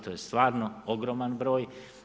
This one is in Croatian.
To je stvarno ogroman broj.